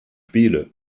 spiele